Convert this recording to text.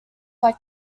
like